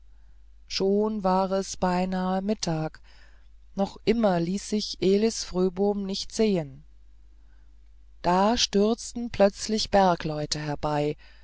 schon war es beinahe mittag noch immer ließ sich elis fröbom nicht sehen da stürzten plötzlich bergleute herbei